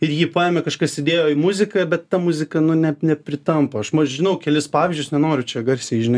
ir jį paėmė kažkas įdėjo į muziką bet ta muzika nu ne nepritampa aš žinau kelis pavyzdžius nenoriu čia garsiai žinai